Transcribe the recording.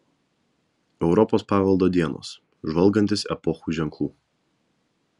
europos paveldo dienos žvalgantis epochų ženklų